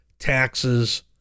taxes